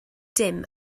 dim